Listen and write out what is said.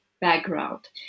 background